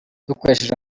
dukoresheje